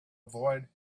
avoid